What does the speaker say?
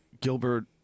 Gilbert